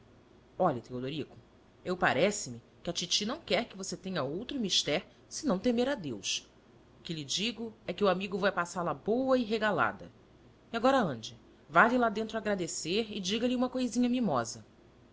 senhora olhe teodorico eu parece-me que a titi não quer que você tenha outro mister senão temer a deus o que lhe digo é que o amigo vai passá la boa e regalada e agora ande vá lhe lá dentro agradecer e diga-lhe uma cousinha mimosa